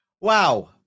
Wow